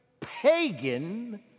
pagan